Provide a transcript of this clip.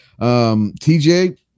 TJ